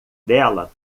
dela